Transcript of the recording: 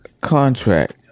contract